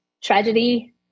tragedy